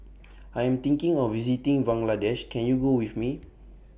I Am thinking of visiting Bangladesh Can YOU Go with Me